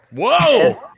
Whoa